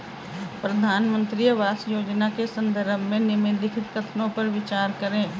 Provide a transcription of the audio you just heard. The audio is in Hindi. प्रधानमंत्री आवास योजना के संदर्भ में निम्नलिखित कथनों पर विचार करें?